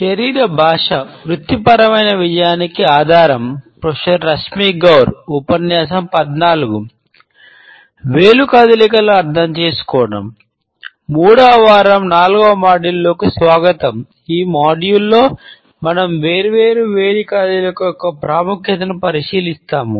3 వ వారం 4 వ మాడ్యూల్ మనం వేర్వేరు వేలి కదలికల యొక్క ప్రాముఖ్యతను పరిశీలిస్తాము